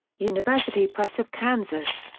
university press of kansas.